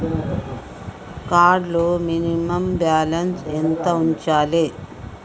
Card లో minimum balance ఎంత ఉంచాలే?